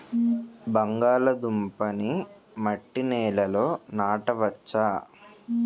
బంగాళదుంప నీ మట్టి నేలల్లో నాట వచ్చా?